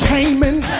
Taming